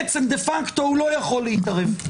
דה-פקטו הוא לא יכול להתערב.